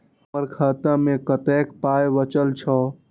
हमर खाता मे कतैक पाय बचल छै